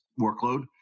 workload